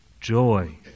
joy